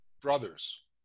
Brothers